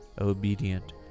obedient